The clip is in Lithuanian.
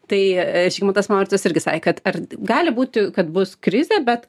tai žygymantas mauricas irgi sakė kad ar gali būti kad bus krizė bet